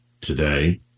today